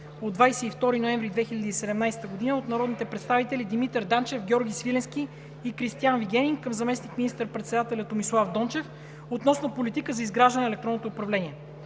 от 22 ноември 2017 г. от народните представители Димитър Данчев, Георги Свиленски и Кристиан Вигенин към заместник министър-председателя Томислав Дончев относно политика за изграждане на електронно управление